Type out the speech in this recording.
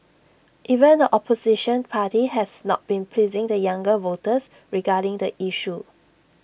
even the opposition party has not been pleasing the younger voters regarding the issue